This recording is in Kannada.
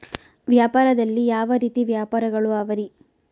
ವ್ಯಾಪಾರದಲ್ಲಿ ಯಾವ ರೇತಿ ವ್ಯಾಪಾರಗಳು ಅವರಿ?